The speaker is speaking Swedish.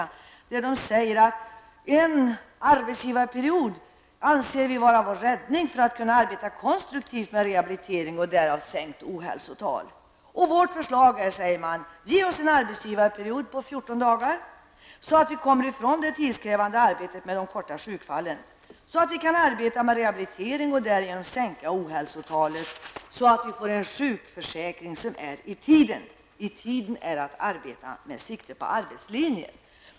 I detta brev står bl.a. följande: ''En arbetsgivarperiod anser vi vara vår räddning för att kunna arbeta konstruktivt med rehabilitering och därav sänkt ohälsotal. Vårt förslag är: Ge oss en arbetsgivarperiod på 14 dagar så att vi kommer ifrån det tidskrävande arbetet med de korta sjukfallen, så att vi kan arbeta med rehabilitering och därigenom sänka ohälsotalet, och så att vi får en sjukförsäkring som är i tiden. I tiden är att arbeta med sikte på arbetslinjen.''